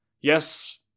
yes